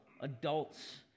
adults